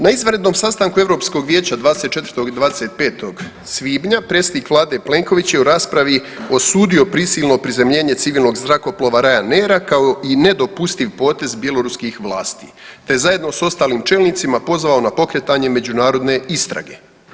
Na izvanrednom sastanku Europskog vijeća 24. i 25. svibnja predsjednik vlade Plenković je u raspravi osudio prisilno prizemljenje civilnog zrakoplova Ryanair kao i nedopustiv potez bjeloruskih vlasti, te zajedno s ostalim čelnicima pozvao na pokretanje međunarodne istrage.